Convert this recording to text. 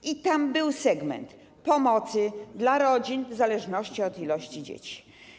I tam był segment pomocy dla rodzin w zależności od ilości dzieci.